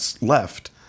left